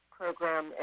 program